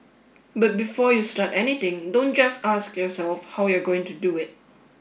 but before you start anything don't just ask yourself how you're going to do it